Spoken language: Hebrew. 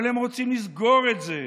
אבל הם רוצים לסגור את זה.